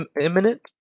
imminent